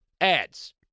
ads